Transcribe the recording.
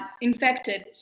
infected